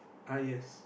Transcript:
uh yes